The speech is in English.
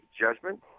judgment